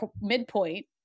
midpoint